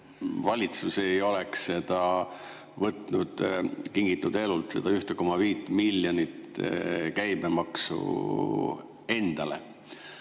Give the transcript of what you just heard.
valitsus ei oleks võtnud Kingitud Elult seda 1,5 miljonit käibemaksu endale.